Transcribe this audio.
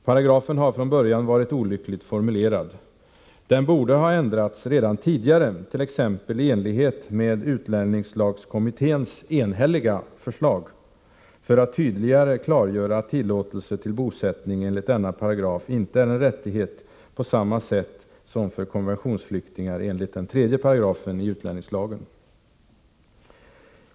Paragrafen har från början varit olyckligt formulerad. Den borde ha ändrats redan tidigare, t.ex. i enlighet med utlänningslagkommitténs enhälliga förslag, för att tydligare klargöra att tillåtelse till bosättning enligt denna paragraf inte är en rättighet på samma sätt som för konventionsflyktingar enligt 3 § utlänningslagen.